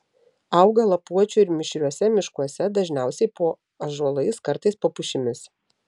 auga lapuočių ir mišriuose miškuose dažniausiai po ąžuolais kartais po pušimis